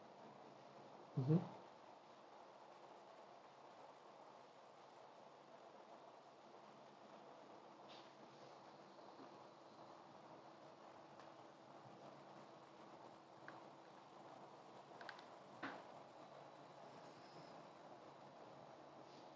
mmhmm